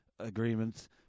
Agreements